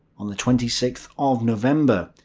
on the twenty sixth of november,